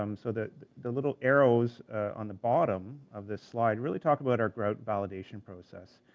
um so the the little arrows on the bottom of this slide really talk about our grout validation process.